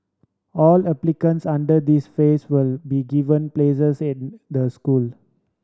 all applicants under this phase will be given places in the school